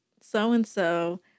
so-and-so